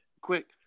Quick